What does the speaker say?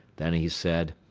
then he said,